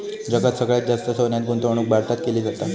जगात सगळ्यात जास्त सोन्यात गुंतवणूक भारतात केली जाता